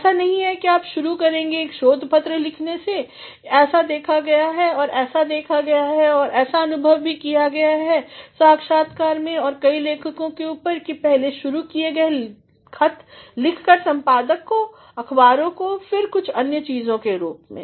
ऐसा नहीं है कि आप शुरू करेंगे एक शोध पत्र लिखने से ऐसा देखा गया है और ऐसा देखा गया है ऐसा अनुभव भी किया गया है साक्षात्कार में और कई लेखकों के ऊपर किपहले शुरू किए खत लिख कर संपादक को अख़बारों को फिर कुछ अन्य चीज़ों के रूप में